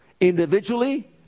Individually